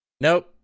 Nope